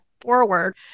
forward